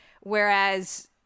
Whereas